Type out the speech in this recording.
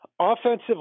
offensive